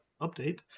update